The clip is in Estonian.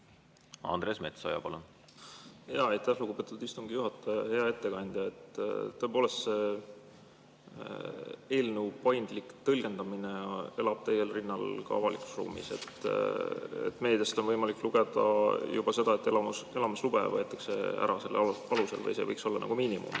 Andres Metsoja, palun! Aitäh, lugupeetud istungi juhataja! Hea ettekandja! Tõepoolest, selle eelnõu paindlik tõlgendamine elab täiel rinnal ka avalikus ruumis. Meediast on võimalik lugeda juba seda, et elamislube võetakse ära selle alusel või see võiks olla nagu miinimum.